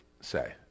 say